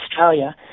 Australia